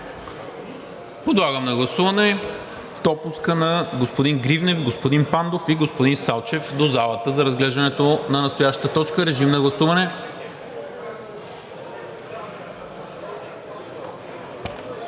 Подлагам на гласуване допуска на господин Грибнев, господин Пандов и господин Салчев до залата за разглеждането на настоящата точка. Гласували